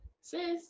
Sis